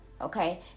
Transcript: Okay